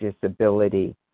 disability